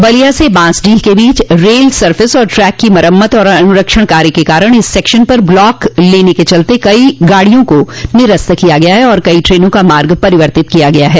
बलिया से बांसडीह के बीच रेल सरफेस और ट्रैक की मरम्मत तथा अन्रक्षण कार्य के कारण इस सेक्शन पर ब्लाक लेने के चलते कई गाड़ियों को निरस्त किया गया है और कई ट्रेनों का मार्ग परिवर्तित किया गया है